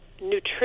nutrition